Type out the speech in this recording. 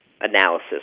analysis